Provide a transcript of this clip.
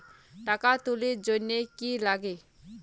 টাকা তুলির জন্যে কি লাগে?